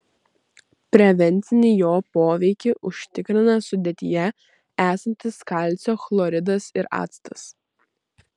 prevencinį jo poveikį užtikrina sudėtyje esantis kalcio chloridas ir actas